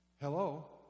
Hello